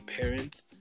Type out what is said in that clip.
parents